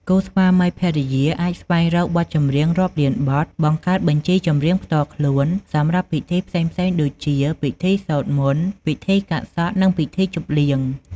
គូស្វាមីភរិយាអាចស្វែងរកបទចម្រៀងរាប់លានបទ បង្កើត បញ្ជីចម្រៀងផ្ទាល់ខ្លួន សម្រាប់ពិធីផ្សេងៗដូចជា ពិធីសូត្រមន្ត ពិធីកាត់សក់ ពិធីជប់លៀង។